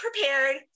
prepared